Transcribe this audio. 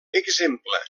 exemple